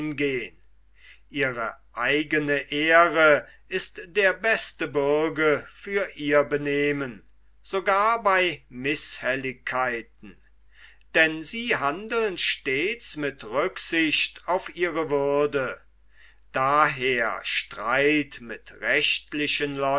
ihre eigene ehre ist der beste bürge für ihr benehmen sogar bei mißhelligkeiten denn sie handeln stets mit rücksicht auf ihre würde daher streit mit rechtlichen